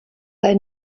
they